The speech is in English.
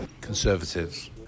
Conservatives